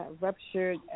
ruptured